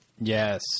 Yes